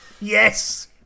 Yes